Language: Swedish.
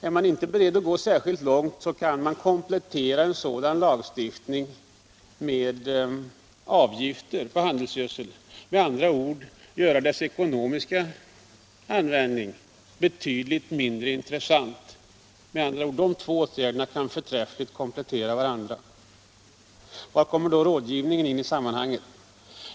Är man inte beredd att gå särskilt långt på den vägen, kan man komplettera en sådan lagstiftning med åtgärder mot användning av handelsgödsel, dvs. göra dess användning betydligt mindre intressant. De två åtgärderna kan förträffligt komplettera varandra. Var kommer då rådgivningen in i det sammanhanget?